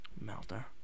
Melter